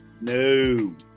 No